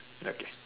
okay